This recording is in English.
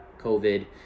covid